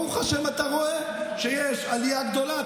ברוך השם, אתה רואה שיש עלייה גדולה.